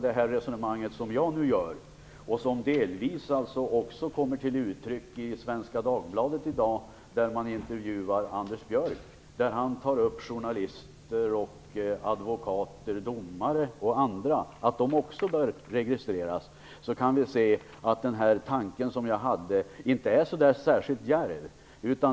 Det resonemang som jag nu för kommer också delvis till uttryck i Svenska Dagbladet i dag i en intervju med Anders Björck, där han tar upp bl.a. journalister, advokater och domare som grupper som också bör registreras. Så den tanke jag förde fram är alltså inte så särskilt djärv.